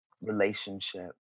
relationship